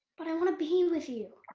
but i wanna be and with you.